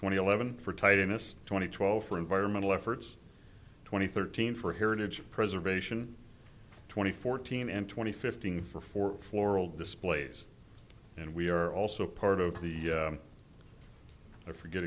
twenty eleven for title miss twenty twelve for environmental efforts twenty thirteen for heritage preservation twenty fourteen and twenty fifteen for four floral displays and we are also part of the i forget